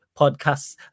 Podcasts